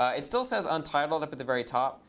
it still says untitled up at the very top.